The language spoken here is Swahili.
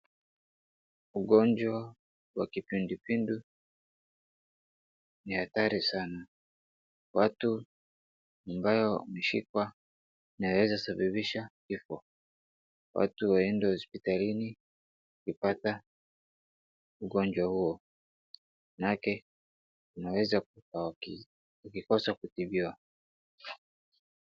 Ugonjwa wa kipindupindu ni hatari sana. Watu ambayo wameshikwa wanaeza sababisha vifo. Watu waende hosipitalini wakipata ugonjwa huo maanake wanaeza kutuambukiza wakikosa kutibiwa.